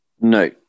No